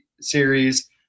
series